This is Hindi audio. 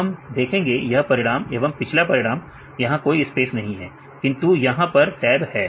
अब हम देखेंगे यह परिणाम एवं पिछला परिणाम यहां कोई स्पेस नहीं है किंतु यहां पर टैब है